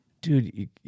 Dude